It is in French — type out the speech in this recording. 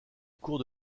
cours